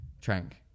trank